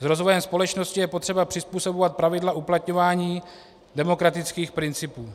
S rozvojem společnosti je potřeba přizpůsobovat pravidla uplatňování demokratických principů.